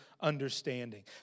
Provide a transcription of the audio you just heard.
understanding